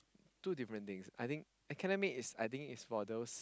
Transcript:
two different things I think academic is I think is for those